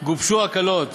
גובשו הקלות